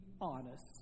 honest